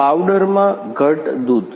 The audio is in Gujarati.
પાવડરમાં ઘટ્ટ દૂધ